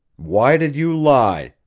why did you lie?